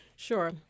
Sure